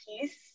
piece